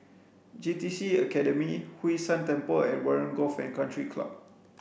J T C Academy Hwee San Temple and Warren Golf and Country Club